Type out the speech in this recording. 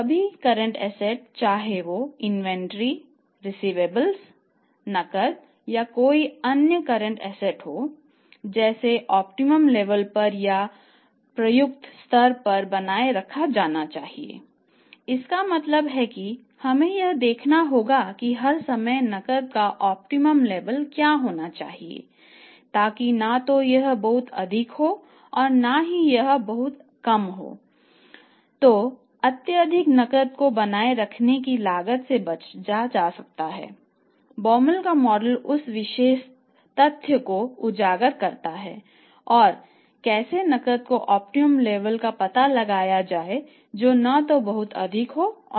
सभी current assets का पता लगाया जाए जो न तो बहुत अधिक है और न ही बहुत कम है